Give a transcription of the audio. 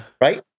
Right